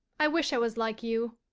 i wish i was like you,